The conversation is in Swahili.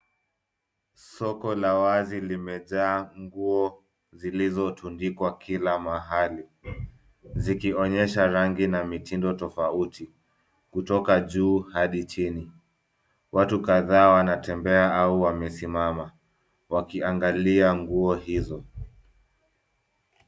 Soko la wazi limejaa nguo zilizotundikwa kila mahali, zikionyesha rangi na mitindo tofauti kutoka juu hadi chini .Watu kadhaa wanatembea au wamesimama wakiangalia nguo hizo.